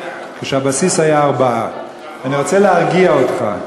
כשהבסיס היה 4. אני רוצה להרגיע אותך,